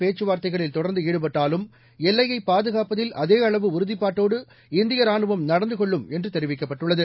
பேச்சுவார்த்தைகளில் தொடர்ந்து ஈடுபட்டாலும் எல்லையை பாதுகாப்பதில் அதே அளவு உறுதிப்பாட்டோடு இந்திய ரானுவம் நடந்து கொள்ளும் என்று தெரிவிக்கப்பட்டுள்ளது